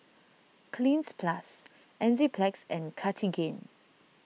Cleanz Plus Enzyplex and Cartigain